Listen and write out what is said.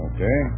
Okay